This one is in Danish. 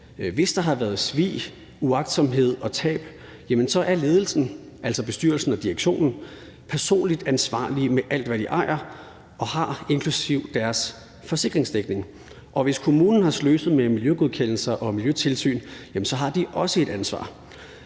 hvis der har været svig, uagtsomhed og tab, er ledelsen, altså bestyrelsen og direktionen, personligt ansvarlige med alt, hvad de ejer og har, inklusive deres forsikringsdækning. Og hvis kommunen har sløset med miljøgodkendelser og miljøtilsyn, har de også et ansvar.